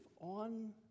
on